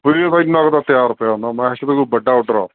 ਵੀਰੇ ਬਾਈ ਇੰਨਾ ਕੁ ਤਾਂ ਇੰਨਾ ਕੁ ਤਾਂ ਤਿਆਰ ਪਿਆ ਹੁੰਦਾ ਮੈਂ ਕਿਹਾ ਕਿਤੇ ਕੋਈ ਵੱਡਾ ਓਡਰ ਆ